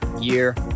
year